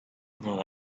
knew